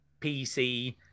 PC